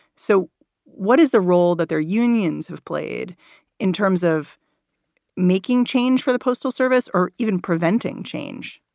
so what is the role that their unions have played in terms of making change for the postal service or even preventing change?